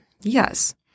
yes